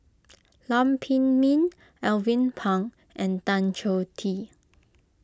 Lam Pin Min Alvin Pang and Tan Choh Tee